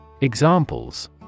Examples